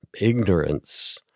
ignorance